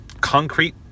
concrete